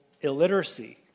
illiteracy